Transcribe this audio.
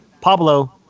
Pablo